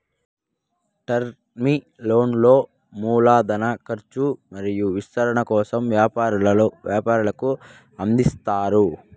term లోన్లు మూల ధన కర్చు మరియు విస్తరణ కోసం వ్యాపారులకు అందిస్తారు